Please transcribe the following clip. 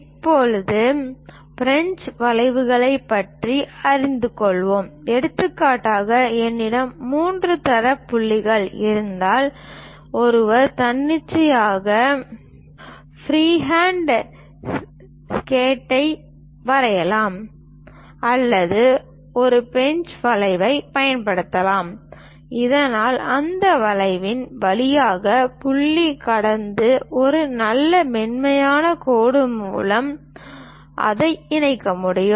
இப்போது பிரெஞ்சு வளைவுகளைப் பற்றி அறிந்து கொள்வோம் எடுத்துக்காட்டாக என்னிடம் மூன்று தரவு புள்ளிகள் இருந்தால் ஒருவர் தன்னிச்சையான ஃப்ரீஹேண்ட் ஸ்கெட்சை வரையலாம் அல்லது ஒரு பிரெஞ்சு வளைவைப் பயன்படுத்தலாம் இதனால் அந்த வளைவின் வழியாக புள்ளி கடந்து ஒரு நல்ல மென்மையான கோடு மூலம் அதை இணைக்க முடியும்